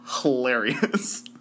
hilarious